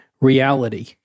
reality